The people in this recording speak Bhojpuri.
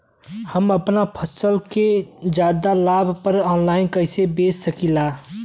हम अपना फसल के ज्यादा लाभ पर ऑनलाइन कइसे बेच सकीला?